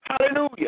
Hallelujah